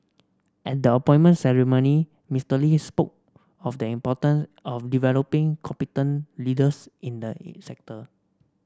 at the appointment ceremony Mister Lee spoke of the important of developing competent leaders in the in sector